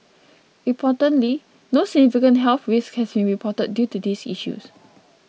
importantly no significant health risks have been reported due to these issues